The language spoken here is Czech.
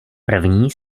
první